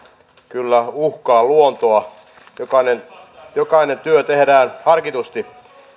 kyllä uhkaa luontoa jokainen jokainen työ tehdään harkitusti